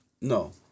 No